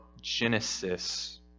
Genesis